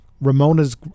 Ramona's